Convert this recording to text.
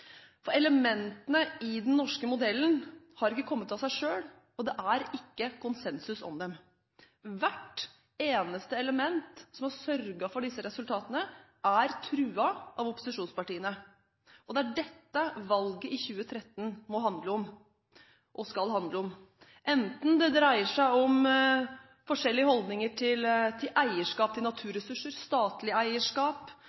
for elementene i den norske modellen har ikke kommet av seg selv, og det er ikke konsensus om dem. Hvert eneste element som har sørget for disse resultatene, er truet av opposisjonspartiene. Det er dette valget i 2013 må handle om, og skal handle om, enten det dreier seg om forskjellige holdninger til eierskap til naturressurser, statlig eierskap,